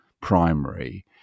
primary